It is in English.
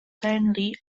thinly